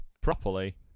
properly